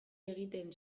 egiten